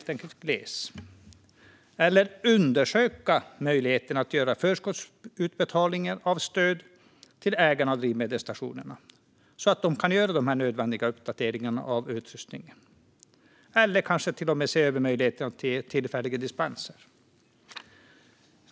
Det handlar också om att undersöka möjligheterna att göra förskottsutbetalningar av stöd till ägare av drivmedelsstationer, så att de kan göra dessa nödvändiga uppdateringar av utrustningen. Man kan kanske till och med se över möjligheterna till tillfälliga dispenser.